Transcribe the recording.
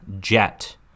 jet